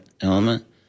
element